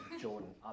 Jordan